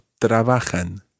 trabajan